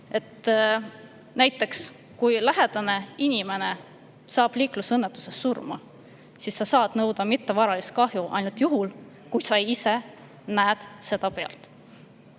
Näiteks, kui su lähedane inimene saab liiklusõnnetuses surma, siis sa saad nõuda mittevaralise kahju [hüvitist] ainult juhul, kui sa ise nägid seda pealt.